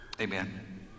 amen